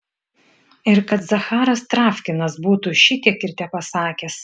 ir kad zacharas travkinas būtų šitiek ir tepasakęs